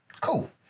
cool